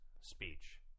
speech